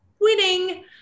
winning